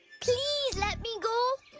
please let me go!